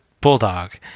Bulldog